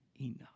enough